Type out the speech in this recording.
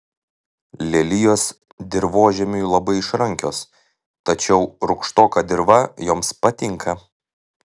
lelijos dirvožemiui labai išrankios tačiau rūgštoka dirva joms patinka